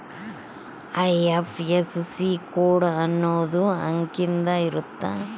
IFSC code ಅನ್ನೊಂದ್ ಅಂಕಿದ್ ಇರುತ್ತ